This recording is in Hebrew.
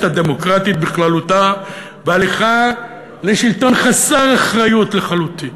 הדמוקרטית בכללותה והליכה לשלטון חסר אחריות לחלוטין.